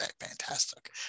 fantastic